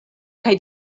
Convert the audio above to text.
kaj